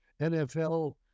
NFL